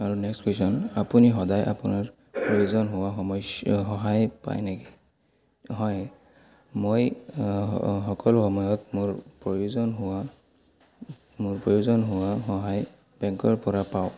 আৰু next question আপুনি সদায় আপোনাৰ প্ৰয়োজন হোৱা সমস্য সহায় পায় নেকি হয় মই সকলো সময়ত মোৰ প্ৰয়োজন হোৱা মোৰ প্ৰয়োজন হোৱা সহায় বেংকৰ পৰা পাওঁ